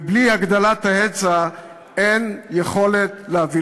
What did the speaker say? ובלי הגדלת ההיצע אין יכולת להביא